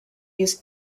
use